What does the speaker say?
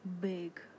big